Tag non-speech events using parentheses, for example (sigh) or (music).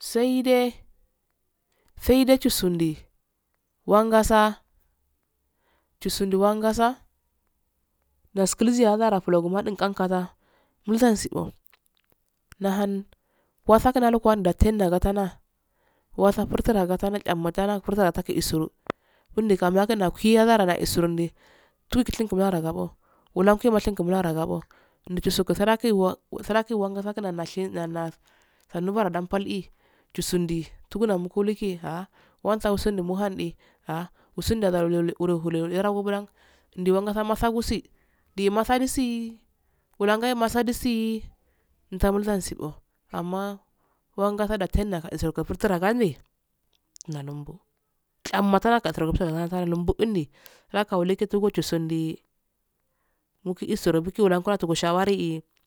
saide saide ohusundii wangasa chusundi wangalaa nakiisiya gal o fulogu uadin gankaza mulsansibbo (hesitation) nahun walaku landten ndaga tana wase furunagaisum fundikan gueyazaradin isurundi (hesitation) tutishinki yaragabo wulankiyomeshinkim wula ragabbo nali jususirantawawa wasaran ki wasarangan ashinana na sannudaradan fali chusundi fukukmu kuluku ahh wasia sundi muhabndi wasundaru lehewuro balan ndiwa sama wu si nde masagusandisii nde masandi wulan gaye masandisii ndalmuhansibbo amma wangasa dattena (unintelligible) furtuagandi laluumbo gyammatu talagushim sharalandundii nakawu le jusudi mukusirogi shararii.